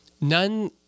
none